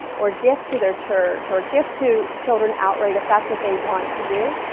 or gift to their church, or gift to children outright if that's what they want to do.